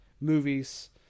movies